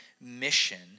mission